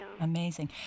Amazing